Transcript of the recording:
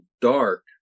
dark